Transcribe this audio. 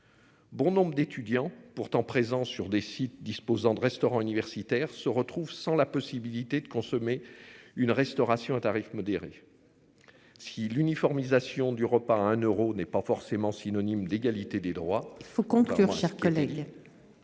Bon nombre d'étudiants pourtant présent sur des sites disposant de restaurant universitaire se retrouvent sans la possibilité de consommer une restauration à tarif modéré. Si l'uniformisation du repas à un euro n'est pas forcément synonyme d'égalité des droits. Faut compter